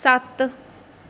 ਸੱਤ